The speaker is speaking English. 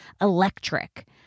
electric